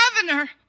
Governor